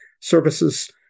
services